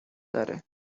داره